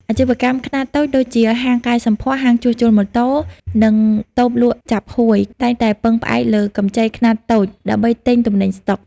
អាជីវកម្មខ្នាតតូចដូចជា ហាងកែសម្ផស្ស ហាងជួសជុលម៉ូតូ និងតូបលក់ចាប់ហួយ តែងតែពឹងផ្អែកលើកម្ចីខ្នាតតូចដើម្បីទិញទំនិញស្ដុក។